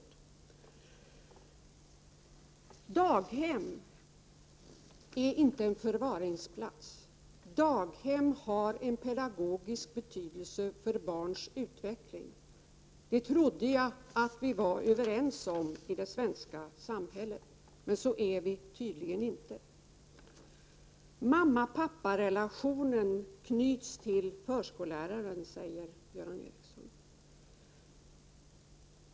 Daghem är inte en förvaringsplats. Daghem har en pedagogisk betydelse för barns utveckling. Det trodde jag att vi var överens om i det svenska samhället, men det är vi tydligen inte. Mamma-pappar-relationen knyts till förskolläraren, säger Göran Ericsson.